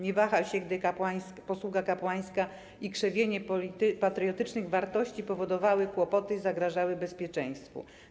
Nie wahał się, gdy posługa kapłańska i krzewienie patriotycznych wartości powodowały kłopoty i zagrażały bezpieczeństwu.